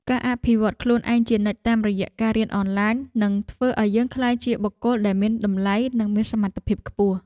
ការអភិវឌ្ឍន៍ខ្លួនឯងជានិច្ចតាមរយៈការរៀនអនឡាញនឹងធ្វើឱ្យយើងក្លាយជាបុគ្គលដែលមានតម្លៃ និងមានសមត្ថភាពខ្ពស់។